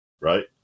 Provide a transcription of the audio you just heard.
right